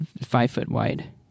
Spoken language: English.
five-foot-wide